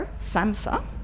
Samsa